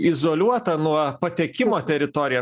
izoliuota nuo patekimo teritorija